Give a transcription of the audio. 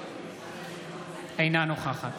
אינה נוכחת